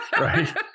Right